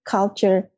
Culture